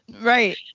Right